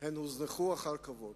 הוזנחו אחר כבוד,